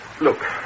Look